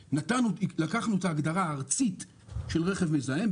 לקחנו את ההגדרה הארצית של רכב מזהם.